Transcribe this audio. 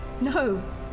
no